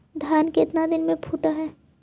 धान केतना दिन में फुट है?